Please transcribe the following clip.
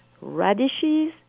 radishes